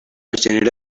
genera